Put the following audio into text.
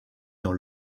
dans